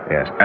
Yes